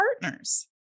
partners